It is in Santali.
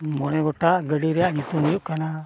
ᱢᱚᱬᱮ ᱜᱚᱴᱟᱝ ᱜᱟᱹᱰᱤ ᱨᱮᱭᱟᱜ ᱧᱩᱛᱩᱢ ᱦᱩᱭᱩᱜ ᱠᱟᱱᱟ